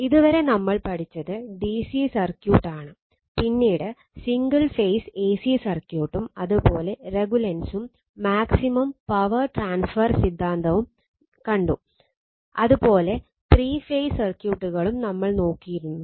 ഇതുവരെ നമ്മൾ പഠിച്ചത് ഡിസി സർക്യൂട്ട് നമ്മൾ നോക്കിയിരുന്നു